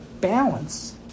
balance